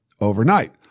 overnight